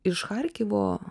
iš charkivo